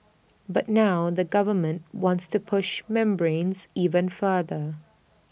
but now the government wants to push membranes even further